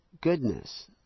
goodness